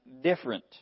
different